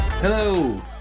Hello